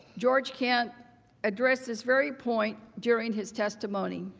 george kent address this very point during his testimony.